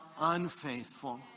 unfaithful